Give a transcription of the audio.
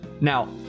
Now